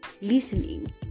listening